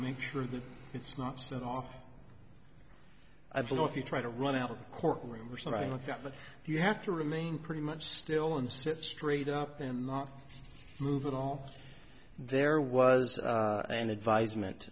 make sure that it's not set off i don't know if you try to run out of the courtroom or something like that but you have to remain pretty much still on set straight up and not move at all there was an advisement